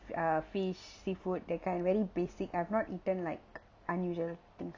uh fish seafood that kind very basic I've not eaten like unusual things